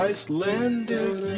Icelandic